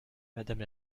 madame